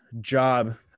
job